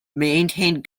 maintained